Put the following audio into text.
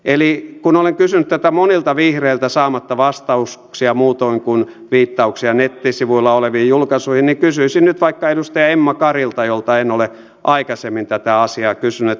eli kun olen kysynyt tätä monilta vihreiltä saamatta vastauksia muutoin kuin viittauksia nettisivuilla oleviin julkaisuihin niin kysyisin nyt vaikka edustaja emma karilta jolta en ole aikaisemmin tätä asiaa kysynyt